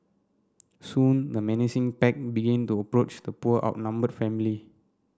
soon the menacing pack began to approach the poor outnumbered family